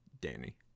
Danny